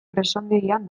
presondegian